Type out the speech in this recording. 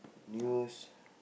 news